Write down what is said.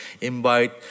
invite